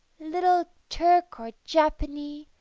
little turk or japanee,